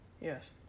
Yes